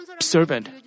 servant